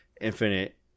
Infinite